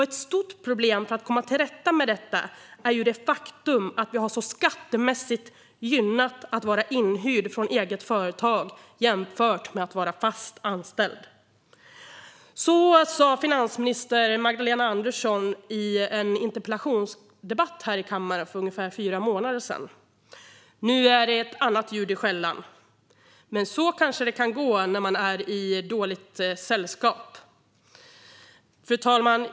Ett stort problem för att komma till rätta med detta är det faktum att det är mer skattemässigt gynnsamt att vara inhyrd från eget företag än att vara fast anställd." Så sa finansminister Magdalena Andersson i en interpellationsdebatt här i kammaren för ungefär fyra månader sedan. Nu är det annat ljud i skällan. Men så kanske det kan gå när man är i dåligt sällskap. Fru talman!